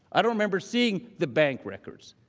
i do remember seeing the bank records.